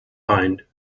bind